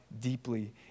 deeply